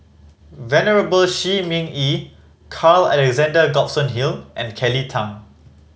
Venerable Shi Ming Yi Carl Alexander Gibson Hill and Kelly Tang